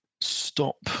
stop